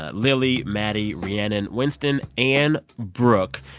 ah lily maddie rhiannon wenston and brooke,